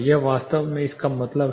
यह वास्तव में इसका मतलब है